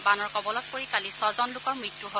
বানৰ কবলত পৰি কালি ডজন লোকৰ মৃত্যু হয়